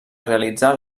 realitzar